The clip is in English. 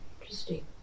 Interesting